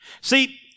See